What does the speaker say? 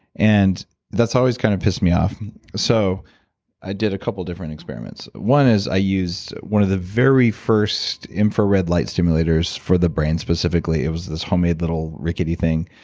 and that's always kind of pissed me off mm-hmm so i did a couple different experiments. one is, i used one of the very first infrared light stimulators for the brain specifically. it was this homemade little rickety thing,